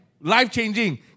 life-changing